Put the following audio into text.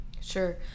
Sure